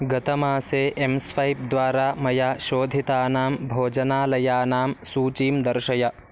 गतमासे M swipe द्वारा मया शोधितानां भोजनालयानां सूचीं दर्शय